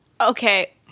Okay